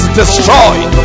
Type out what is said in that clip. destroyed